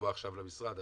לקבוע עכשיו למשרד,